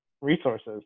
resources